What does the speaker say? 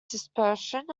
dispersion